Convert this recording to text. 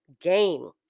game